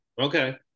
Okay